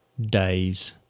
days